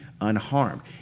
unharmed